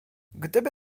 gdyby